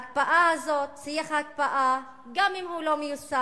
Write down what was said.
ההקפאה הזאת, שיח ההקפאה, גם אם הוא לא מיושם,